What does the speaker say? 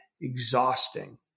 exhausting